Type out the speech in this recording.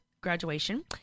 graduation